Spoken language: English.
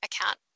account